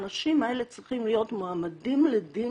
האנשים האלה צריכים להיות מועמדים לדין,